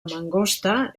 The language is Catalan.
mangosta